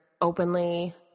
openly